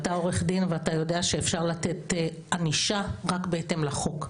אתה עורך דין ואתה יודע שאפשר לתת ענישה רק בהתאם לחוק.